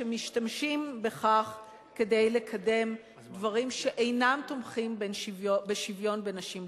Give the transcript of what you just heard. שמשתמשים בכך כדי לקדם דברים שאינם תומכים בשוויון בין נשים לגברים.